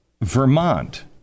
Vermont